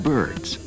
Birds